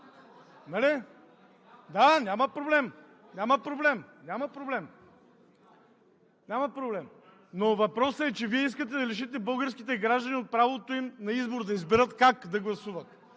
Няма проблем! Но въпросът е, че Вие искате да лишите българските граждани от правото им на избор – да изберат как да гласуват.